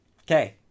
Okay